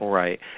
right